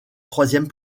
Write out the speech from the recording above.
troisième